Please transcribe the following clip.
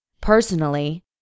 Personally